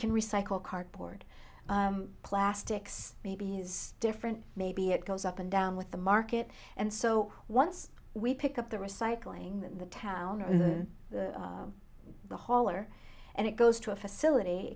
can recycle cardboard plastics maybe is different maybe it goes up and down with the market and so once we pick up the recycling the town or the hall or and it goes to a facility